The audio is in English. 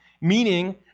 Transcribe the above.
meaning